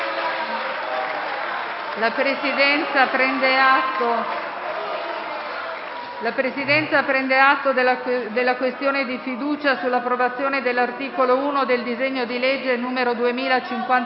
La Presidenza prende atto della posizione della questione di fiducia sull'approvazione dell'articolo 1 del disegno di legge n. 2054,